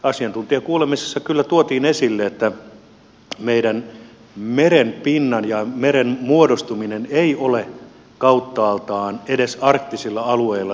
asiantuntijakuulemisissa kyllä tuotiin esille että meidän merenpinnan ja meren muodostuminen ei ole kauttaaltaan edes arktisilla alueilla sellainen